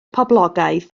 poblogaidd